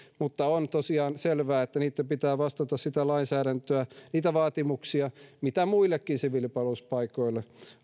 mutta on tosiaan selvää että niitten pitää vastata sitä lainsäädäntöä ja niitä vaatimuksia mitä muillekin siviilipalveluspaikoille